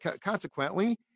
consequently